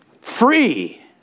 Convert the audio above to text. free